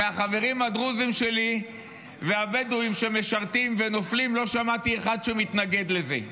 מהחברים הדרוזים שלי והבדואים שמשרתים ונופלים לא שמעתי אחד שמתנגד לזה,